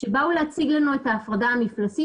כשבאו להציג לנו את ההפרדה המפלסית,